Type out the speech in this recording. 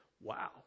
wow